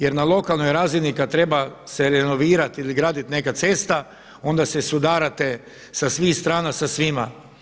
Jer na lokalnoj razini kada treba se renovirati ili graditi neka cesta onda se sudarate sa svim strana sa svima.